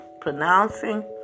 pronouncing